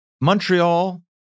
Montreal